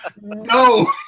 no